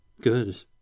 Good